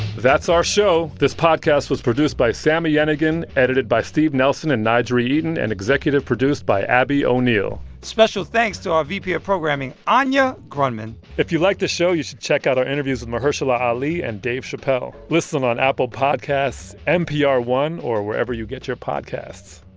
that's our show. this podcast was produced by sami yenigun, edited by steve nelson and n'jeri eaton and executive produced by abby o'neill special thanks to our vp of programming, anya grundmann if you like the show, you should check out our interviews with mahershala ali and dave chappelle. listen on apple podcasts, npr one or wherever you get your podcasts